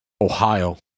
Ohio